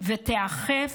תיאכף